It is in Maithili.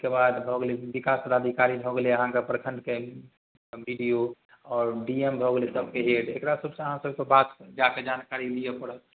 ओहिके बाद भऽ गेलै विकास पदाधिकारी भऽ गेलै अहाँके प्रखण्डके बी डी ओ आओर डी एम भऽ गेलै सबके हेड एकरा सबसँ अहाँ सभकेँ बात जाकऽ जानकारी लिअऽ पड़त